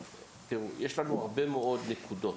יש לנו הרבה מאוד נקודות.